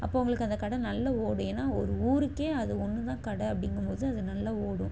அப்போது அவர்களுக்கு அந்த கடை நல்லா ஓடும் ஏன்னால் ஒரு ஊருக்கே அது ஒன்று தான் கடை அப்படிங்கும் போது அது நல்லா ஓடும்